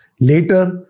later